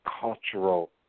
cultural